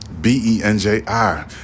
b-e-n-j-i